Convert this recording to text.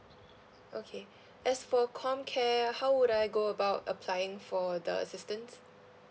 okay as for comcare how would I go about applying for the assistance